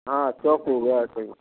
हाँ चॉक हो गया है कहीं